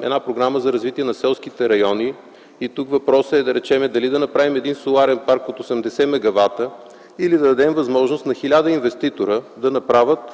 една програма за развитие на селските райони и тук въпросът е дали да направим един соларен парк от 80 мегавата или да дадем възможност на хиляда инвеститора да направят